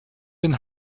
den